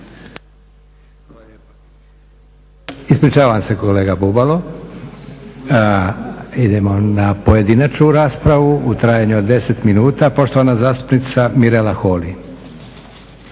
Ispričavam se kolega Bubalo. Idemo na pojedinačnu raspravu u trajanju od 10 minuta. Poštovana zastupnica Mirela Holy.